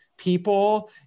people